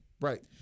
right